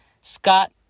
Scott